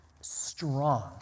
strong